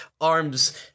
arms